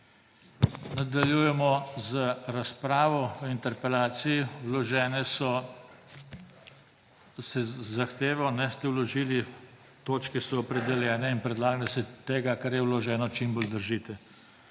Nadaljujemo z razpravo o interpelaciji. Zahtevo ste vložili, točke so opredeljene in predlagam, da se tega, kar je vloženo, čim bolj držite.